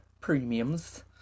premiums